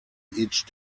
each